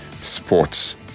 sports